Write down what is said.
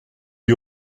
lui